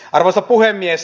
arvoisa puhemies